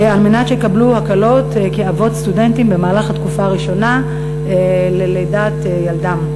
כדי שיקבלו הקלות כאבות סטודנטים במהלך התקופה הראשונה ללידת ילדם.